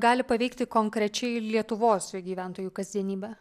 gali paveikti konkrečiai lietuvos gyventojų kasdienybę